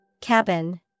Cabin